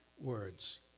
words